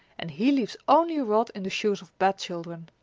and he leaves only a rod in the shoes of bad children.